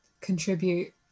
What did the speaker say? contribute